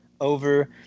over